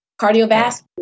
cardiovascular